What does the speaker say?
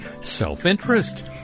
self-interest